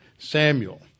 Samuel